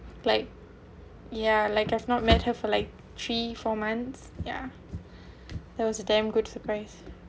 like ya like I has not met her for like three four months yeah that was a damn good surprise